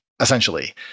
essentially